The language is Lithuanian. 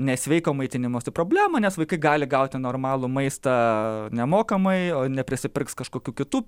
nesveiko maitinimosi problemą nes vaikai gali gauti normalų maistą nemokamai neprisipirks kažkokių kitų